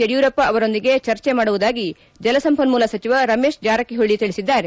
ಯಡಿಯೂರಪ್ಪ ಅವರೊಂದಿಗೆ ಚರ್ಚೆ ಮಾಡುವುದಾಗಿ ಜಲಸಂಪನ್ನೂಲ ಸಚಿವ ರಮೇಶ್ ಜಾರಕಿಹೊಳಿ ತಿಳಿಸಿದ್ದಾರೆ